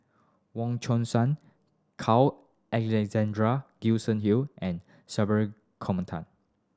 Wong Chong San Carl Alexander Gibson Hill and Gopinathan